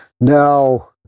now